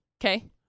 Okay